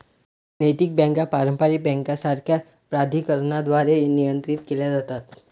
नैतिक बँका पारंपारिक बँकांसारख्याच प्राधिकरणांद्वारे नियंत्रित केल्या जातात